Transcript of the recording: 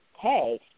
hey